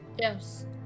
Yes